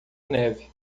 neve